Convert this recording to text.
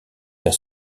vers